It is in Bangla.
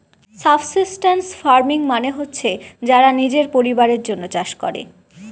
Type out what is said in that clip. সাবসিস্টেন্স ফার্মিং মানে হচ্ছে যারা নিজের পরিবারের জন্য চাষ করে